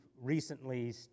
recently